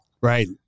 Right